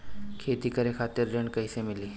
खेती करे खातिर ऋण कइसे मिली?